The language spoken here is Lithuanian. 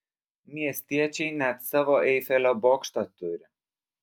miestiečiai net savo eifelio bokštą turi